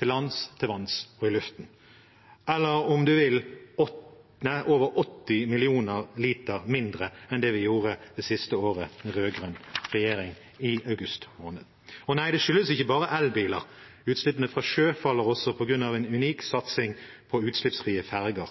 til lands, til vanns og i luften, eller – om man vil – over 80 millioner liter mindre enn det vi gjorde i august det siste året med rød-grønn regjering. Det skyldes ikke bare elbiler. Utslippene fra sjøsektoren faller også, bl.a. på grunn av en unik satsing på utslippsfrie ferger.